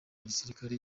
gisirikare